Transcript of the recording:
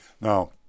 now